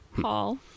Paul